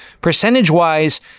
percentage-wise